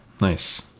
nice